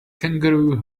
kangaroo